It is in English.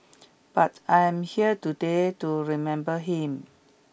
but I'm here today to remember him